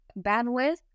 bandwidth